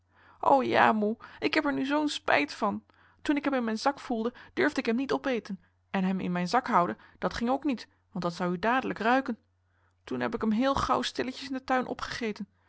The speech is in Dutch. ja moe ik heb er nu zoo'n spijt van toen ik hem in mijn zak voelde durfde ik hem niet opeten en hem in mijn zak houden dat ging ook niet want dat zou u dadelijk ruiken toen heb ik hem heel henriette van noorden weet je nog wel van toen gauw stilletjes in den tuin opgegeten